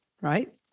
Right